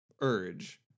urge